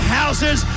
houses